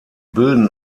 bilden